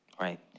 right